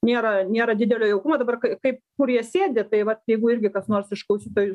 nėra nėra didelio jaukumo dabar kaip kur jie sėdi tai vat jeigu irgi kas nors iš klausytojų